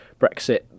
Brexit